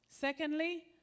Secondly